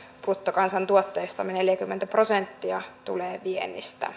bruttokansantuotteestamme neljäkymmentä prosenttia tulee viennistä